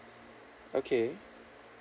okay